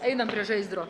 einam prie žaizdro